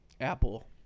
apple